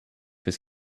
his